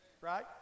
Right